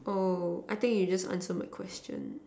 oh I think you just answered my question